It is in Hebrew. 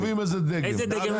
זאת אומרת היבואנים קובעים איזה דגם.